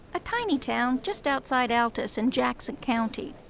a tiny town just outside altus in jackson county.